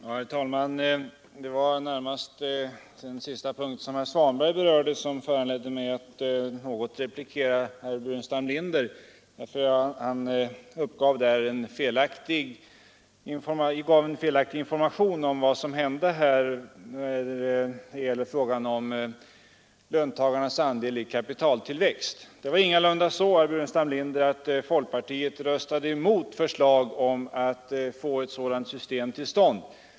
Herr talman! Det var närmast det sista herr Svanberg berörde som föranledde mig att något replikera herr Burenstam Linder. Han gav en felaktig information om folkpartiets ställningstagande i fråga om löntagarnas andel i företagens kapitaltillväxt. Det var ingalunda så, herr Burenstam Linder, att folkpartiet röstade emot förslag om att få ett sådant system till stånd.